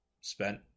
spent